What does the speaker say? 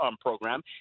program